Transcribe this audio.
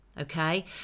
okay